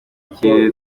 ikirere